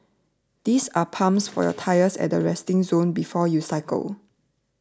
these are pumps for your tyres at the resting zone before you cycle